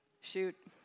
shoot